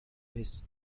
his